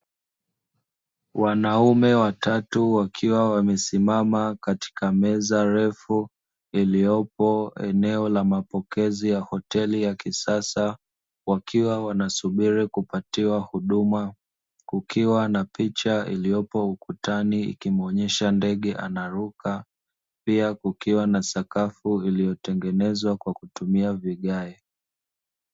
Wanaume watatu wakiwa wamesimama katika meza refu iliyopo eneo la mapokezi ya hoteli ya kisasa, wakiwa wanasubiri kupatiwa huduma, kukiwa na picha iliyopo ukutani ikimuonyesha ndege anaruka pia kukiwa na sakafu iliyotengenezwa kwa kutumia vigae.